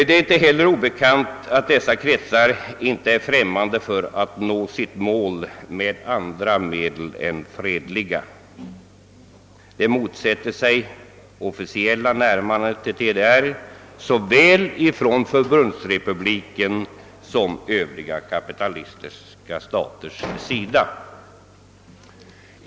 Det är inte heller obekant att dessa kretsar inte är främmande för att nå sitt mål med andra medel än fredliga. De motsätter sig officiella närmanden till DDR såväl från Förbundsrepublikens som från övriga kapitalistiska staters sida.